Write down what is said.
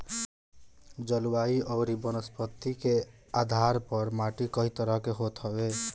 जलवायु अउरी वनस्पति के आधार पअ माटी कई तरह के होत हवे